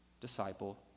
disciple